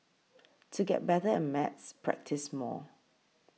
to get better at maths practise more